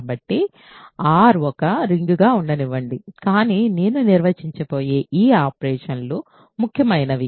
కాబట్టి R ఒక రింగ్గా ఉండనివ్వండి కానీ నేను నిర్వచించబోయే ఈ ఆపరేషన్లు ముఖ్యమైనవి